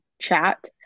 chat